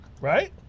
right